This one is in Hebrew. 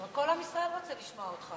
אבל כל עם ישראל רוצה לשמוע אותך.